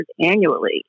annually